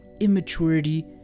immaturity